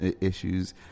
issues